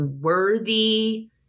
worthy